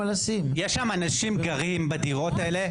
יש שם אנשים גרים בדירות האלה,